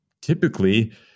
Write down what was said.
typically